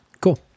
Cool